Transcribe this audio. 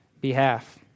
behalf